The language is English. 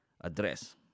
address